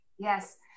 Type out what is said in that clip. Yes